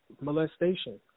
molestation